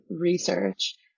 research